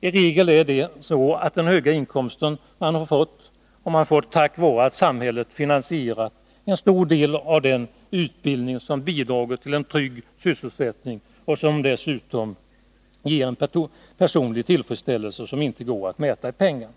I regel har man fått den höga inkomsten tack vare att samhället finansierat en stor del av den utbildning som bidragit till en trygg sysselsättning och som dessutom ger en personlig tillfredsställelse som inte går att mäta i pengar.